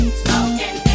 smoking